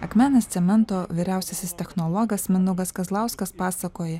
akmenės cemento vyriausiasis technologas mindaugas kazlauskas pasakoja